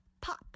pop